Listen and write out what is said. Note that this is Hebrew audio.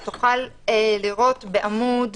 אתה תוכל לראות זאת בעמוד